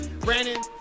Brandon